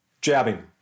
jabbing